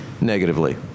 negatively